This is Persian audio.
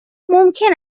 ممکن